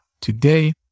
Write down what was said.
today